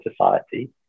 society